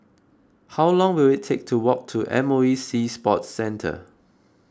how long will it take to walk to M O E Sea Sports Centre